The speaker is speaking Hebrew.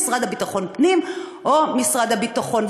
המשרד לביטחון פנים או משרד הביטחון,